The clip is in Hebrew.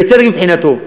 בצדק מבחינתו,